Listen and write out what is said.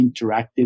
interactive